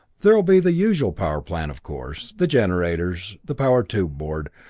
there will be the usual power plant, of course the generators, the power-tube board,